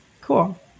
Cool